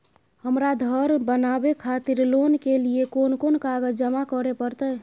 हमरा धर बनावे खातिर लोन के लिए कोन कौन कागज जमा करे परतै?